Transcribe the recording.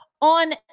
on